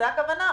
זו הכוונה?